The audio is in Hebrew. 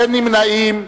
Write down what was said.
אין נמנעים.